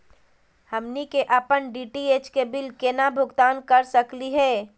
हमनी के अपन डी.टी.एच के बिल केना भुगतान कर सकली हे?